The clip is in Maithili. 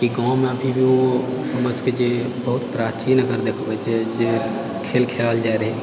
की गाँवमे अभी भी ओ हमरसबके जे बहुत प्राचीन अगर देखबै जे खेल खेलल जाए रहै